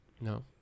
No